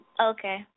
Okay